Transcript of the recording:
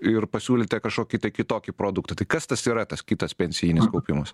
ir pasiūlėte kažkokį tai kitokį produktą tai kas tas yra tas kitas pensijinis kaupimas